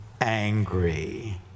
angry